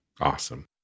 Awesome